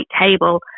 table